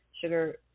sugar